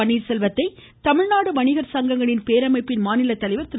பன்னீா்செல்வத்தை தமிழ்நாடு வணிகா் சங்கங்களின் பேரமைப்பின் மாநிலத்தலைவர் திரு